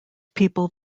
people